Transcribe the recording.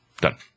done